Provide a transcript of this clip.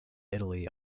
italy